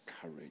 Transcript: courage